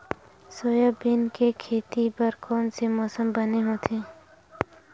Soybean के खेती बर कोन से मौसम बने होथे?